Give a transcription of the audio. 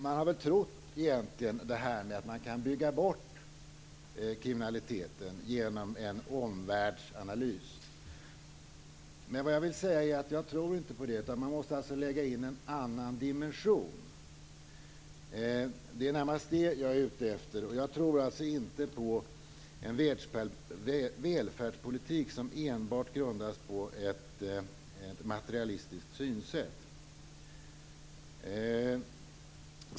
Man har trott att man kan bygga bort kriminaliteten med hjälp av en omvärldsanalys. Jag tror inte på det utan menar att man måste föra in en annan dimension i sammanhanget. Jag tror inte på en välfärdspolitik som grundas enbart på ett materialistiskt synsätt.